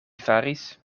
faris